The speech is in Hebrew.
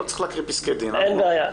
אין בעיה.